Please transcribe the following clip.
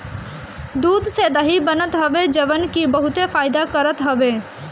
दूध से दही बनत हवे जवन की बहुते फायदा करत हवे